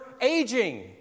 aging